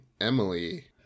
Emily